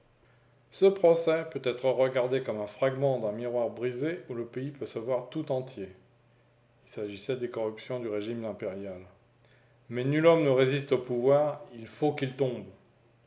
ce procès peut être regardé comme un fragment d'un miroir brisé où le pays peut se voir tout entier il s'agissait des corruptions du régime impérial mais nul homme ne résiste au pouvoir il faut qu'il tombe